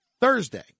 Thursday